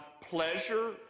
pleasure